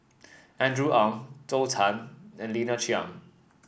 Andrew Ang Zhou Can and Lina Chiam